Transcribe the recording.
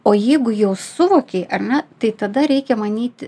o jeigu jau suvokei ar ne tai tada reikia manyti